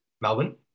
Melbourne